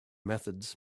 methods